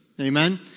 Amen